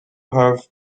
have